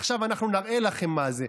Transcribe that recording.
עכשיו אנחנו נראה לכם מה זה,